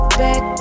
back